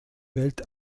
welt